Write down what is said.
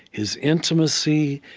his intimacy,